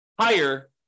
higher